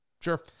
sure